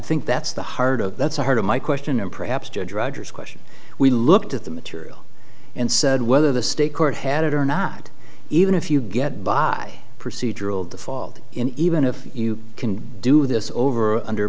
think that's the heart of that's the heart of my question and perhaps judge roger's question we looked at the material and said whether the state court had it or not even if you get by procedural default in even if you can do this over under